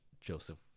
Joseph